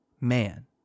man